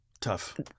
Tough